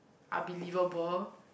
unbelievable